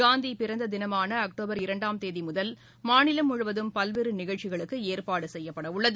காந்தி பிறந்த தினமான அக்டோபர் இரண்டாம் தேதி முதல் மாநிலம் முழுவதும் பல்வேறு நிகழ்ச்சிகளுக்கு ஏற்பாடு செய்யப்படவுள்ளது